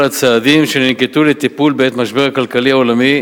הצעדים שננקטו לטיפול בעת המשבר הכלכלי העולמי,